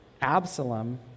absalom